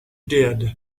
did